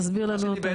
תסביר לנו.